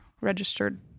registered